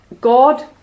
God